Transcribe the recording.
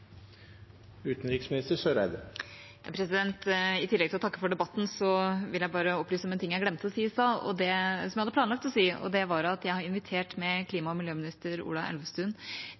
I tillegg til å takke for debatten vil jeg bare opplyse om en ting jeg glemte å si i stad, som jeg hadde planlagt å si. Det var at jeg har invitert klima- og miljøminister Ola Elvestuen